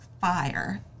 fire